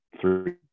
three